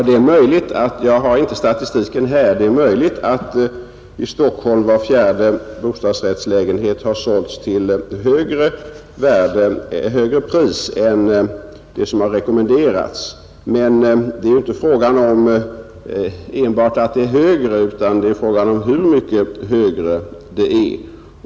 Herr talman! Jag har inte statistiken här — det är möjligt att i Stockholm var fjärde bostadsrättslägenhet har sålts till högre pris än det som har rekommenderats. Men det är ju inte fråga om enbart att det är högre, utan det är fråga om hur mycket högre det är.